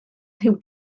rhyw